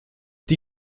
die